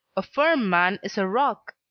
a firm man is a rock,